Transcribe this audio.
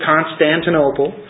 Constantinople